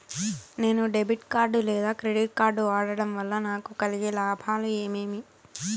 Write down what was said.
నేను debit card లేదా credit card వాడడం వల్ల నాకు కలిగే లాభాలు ఏమేమీ?